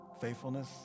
faithfulness